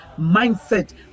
mindset